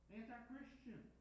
anti-Christian